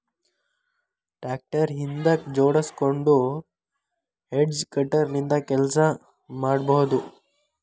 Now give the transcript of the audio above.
tractor ಹಿಂದಕ್ ಜೋಡ್ಸ್ಕೊಂಡು hedge cutter ನಿಂದ ಕೆಲಸ ಮಾಡ್ಬಹುದು